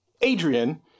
Adrian